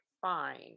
fine